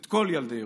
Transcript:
את כל ילדי ירושלים,